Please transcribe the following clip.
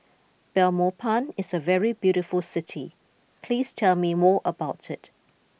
Belmopan is a very beautiful city please tell me more about it